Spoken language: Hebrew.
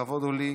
לכבוד הוא לי.